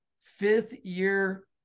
fifth-year